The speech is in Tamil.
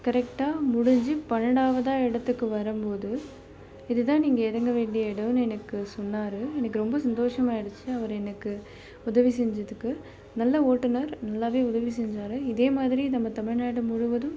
கரெக்டாக முடிஞ்சு பன்னெண்டாவதாக இடத்துக்கு வரும் போது இதுதான் நீங்கள் இறங்க வேண்டிய இடோன்னு எனக்கு சொன்னார் எனக்கு ரொம்ப சந்தோஷமாயிடுச்சு அவர் எனக்கு உதவி செஞ்சதுக்கு நல்ல ஓட்டுநர் நல்லாவே உதவி செஞ்சார் இதே மாதிரி நம்ம தமிழ்நாடு முழுவதும்